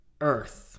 Earth